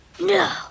No